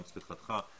גם סליחתך,